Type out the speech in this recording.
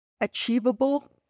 achievable